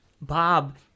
Bob